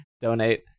donate